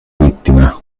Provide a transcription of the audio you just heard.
vittima